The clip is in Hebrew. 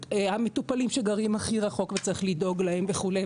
המטופלים שגרים הכי רחוק וצריך לדאוג להם וכו'.